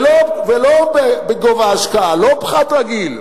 ולא בגובה ההשקעה, לא פחת רגיל,